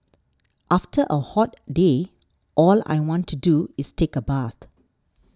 after a hot day all I want to do is take a bath